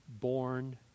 born